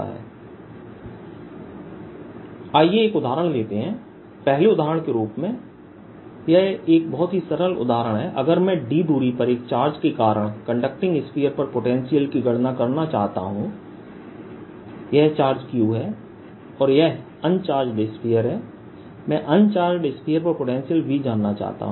V12drV1surface 2dsV21drV2surface1ds आइए एक उदाहरण लेते हैं पहले उदाहरण के रूप में यह एक बहुत ही सरल उदाहरण है अगर मैं d दूरी पर एक चार्ज के कारण कंडक्टिंग स्फीयर पर पोटेंशियल की गणना करना चाहता हूं यह चार्ज Q है और यह अन्चाज्ड स्फीयर है मैं अन्चाज्ड स्फीयर पर पोटेंशियल V जानना चाहता हूँ